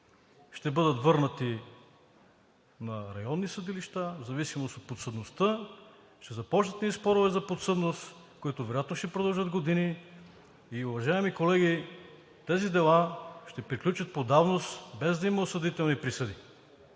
ще бъдат върнати на районни съдилища в зависимост от подсъдността. Ще започнат едни спорове за подсъдност, които вероятно ще продължат години. Уважаеми колеги, тези дела ще приключат по давност, без да има осъдителни присъди.